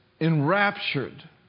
enraptured